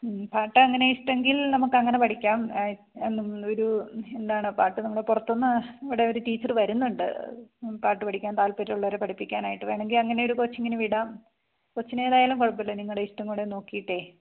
പാട്ട് അങ്ങനെ ഇഷ്ട്ടമെങ്കില് നമുക്ക് അങ്ങനെ പഠിക്കാം നം ഒരു എന്താണ് പാട്ട് നമ്മൾ പുറത്തുന്ന് ഇവിടെ ഒരു ടീച്ചറ് വരുന്നുണ്ട് പാട്ട് പഠിക്കാന് താല്പ്പര്യം ഉള്ളവരെ പഠിപ്പിക്കാനായിട്ട് വേണമെങ്കിൽ അങ്ങനെയൊരു കോച്ചിങ്ങിന് വിടാം കൊച്ചിനേതായാലും കുഴപ്പമില്ല നിങ്ങളുടെ ഇഷ്ടം കൂടെ നോക്കിയിട്ടെ